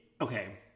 okay